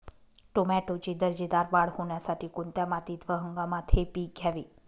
टोमॅटोची दर्जेदार वाढ होण्यासाठी कोणत्या मातीत व हंगामात हे पीक घ्यावे?